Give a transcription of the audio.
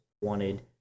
wanted